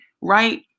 right